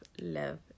love